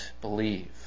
believe